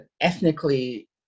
ethnically